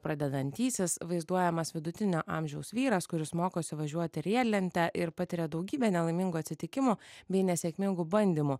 pradedantysis vaizduojamas vidutinio amžiaus vyras kuris mokosi važiuoti rielente ir patiria daugybę nelaimingų atsitikimų bei nesėkmingų bandymų